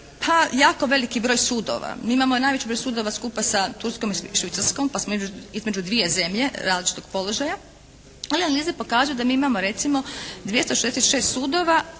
pa jako veliki broj sudova. Mi imamo najveći broj sudova skupa sa Turskom i Švicarskom. Pa smo između dvije zemlje različitog položaja. Ali analize pokazuju da mi imamo recimo 266 sudova